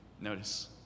Notice